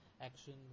action